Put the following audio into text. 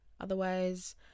Otherwise